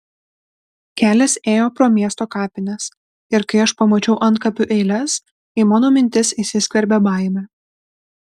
kelias ėjo pro miesto kapines ir kai aš pamačiau antkapių eiles į mano mintis įsiskverbė baimė